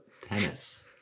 Tennis